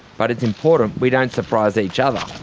but it's important we don't surprise each other.